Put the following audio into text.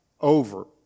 over